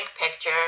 picture